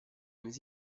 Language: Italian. mesi